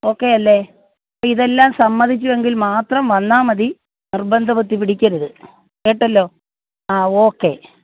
okay അല്ലേ ഇപ്പം ഇതെല്ലാം സമ്മതിക്കുവെങ്കിൽ മാത്രം വന്നാൽ മതി നിർബന്ധബുദ്ധി പിടിക്കരുത് കേട്ടല്ലോ ആ ഓക്കെ